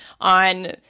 on